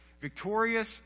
Victorious